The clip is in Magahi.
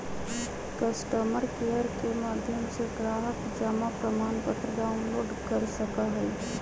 कस्टमर केयर के माध्यम से ग्राहक जमा प्रमाणपत्र डाउनलोड कर सका हई